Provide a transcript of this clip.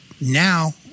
Now